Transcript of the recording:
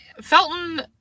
Felton